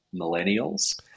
millennials